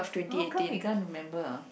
how come we can't remember ah